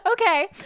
Okay